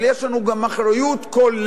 אבל יש לנו גם אחריות כוללת.